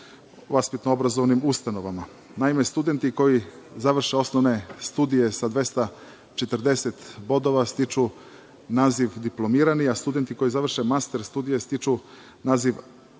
vaspitno-obrazovnim ustanovama. Naime, studenti koji završe osnovne studije sa 240 bodova, stiču naziv diplomirani, a studenti koji završe master studije stiču naziv master i